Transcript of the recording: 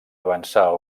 avançar